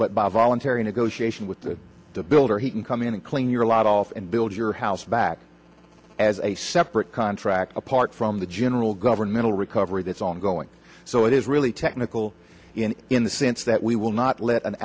but by voluntary negotiation with the builder he can come in and clean your lot off and build your house back as a separate contract apart from the general governmental recovery that's ongoing so it is really technical in the sense that we will not let an